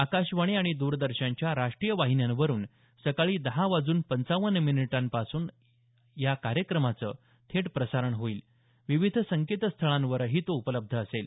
आकाशवाणी आणि दरदर्शनच्या राष्टीय वाहिन्यांवरुन सकाळी दहा वाजून पंचावन्न मिनिटांपासून या कार्यक्रमाचं थेट प्रसारण होईल विविध संकेतस्थळांवरही तो उपलब्ध असेल